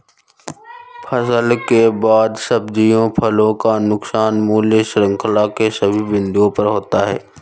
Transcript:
फसल के बाद सब्जियों फलों का नुकसान मूल्य श्रृंखला के सभी बिंदुओं पर होता है